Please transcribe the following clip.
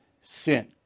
sin